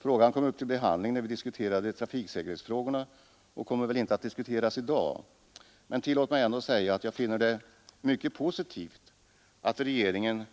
Frågan kom upp till behandling när vi diskuterade trafiksäkerhetsfrågorna och kommer väl inte att diskuteras i dag, men tillåt mig ändå säga, att jag finner det mycket positivt, att regeringen